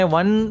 one